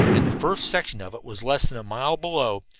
and the first section of it was less than a mile below,